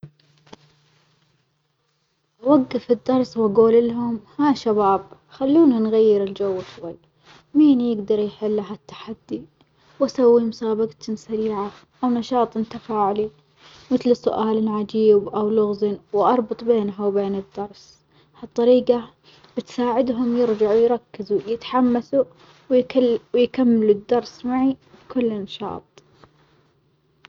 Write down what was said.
أوجف الدرس وأجول لهم ها شباب خلونا نغير الجو شوي، مين يجدر يحل هالتحدي وأسوي مسابجة سريعة أو نشاط تفاعي، مثل سؤال عجيب أو لغز وأربط بينها وبين الدرس، هالطريجة بتساعدهم يرجعوا يركزوا يتحمسوا ويكل ويكملوا الدرس معي بكل نشاط.